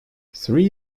three